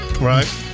Right